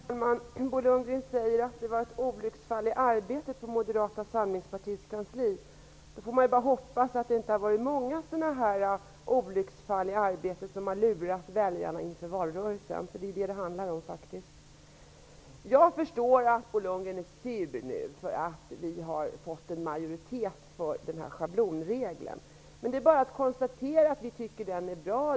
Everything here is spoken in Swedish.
Herr talman! Bo Lundgren säger att brevet var ett olycksfall i arbetet på Moderata samlingspartiets kansli. Man får då bara hoppas att det inte har varit många sådana här olycksfall i arbetet, som har lurat väljarna i valrörelsen. Det är det som det handlar om. Jag förstår att Bo Lundgren nu är sur därför att vi har fått en majoritet för schablonregeln. Men det är bara att konstatera att vi tycker att den är bra.